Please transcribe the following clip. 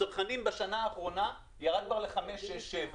הצרכנים בשנה האחרונה, ירד כבר לחמש, שש, שבע.